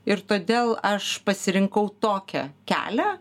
ir todėl aš pasirinkau tokią kelią